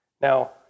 Now